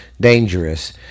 dangerous